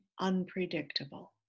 unpredictable